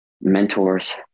mentors